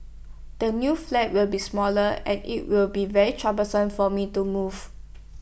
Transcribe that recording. the new flat will be smaller and IT will be very troublesome for me to move